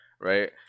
right